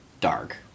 dark